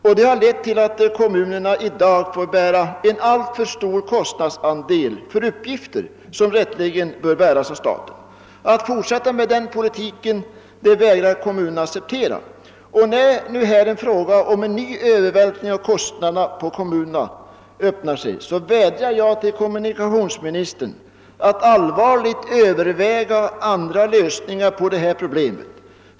Detta har lett till att kommunerna i dag får bära en alltför stor kostnadsandel för uppgifter som rätteligen bör falla på staten. En fortsättning av den politiken vägrar kommunerna att acceptera. När nu frågan om en ny kostnadsövervältring på kommunerna aktualiseras vädjar jag till kommunikationsministern att allvarligt överväga andra lösningar av detta problem.